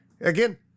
again